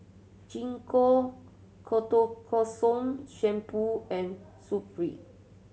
Gingko Ketoconazole Shampoo and Supravit